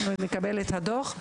שנקבל את הדוח.